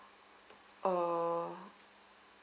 uh